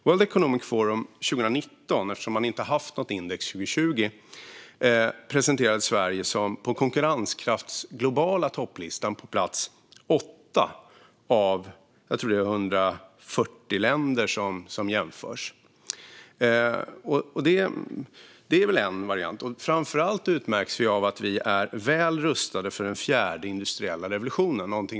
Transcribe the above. World Economic Forum placerade 2019 - man hade inget index 2020 - Sverige på plats 8 av, tror jag, 140 länder på den globala listan när det gäller konkurrenskraft. Det är väl en variant. Framför allt utmärks vi i Sverige av att vi är väl rustade för den fjärde industriella revolutionen.